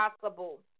possible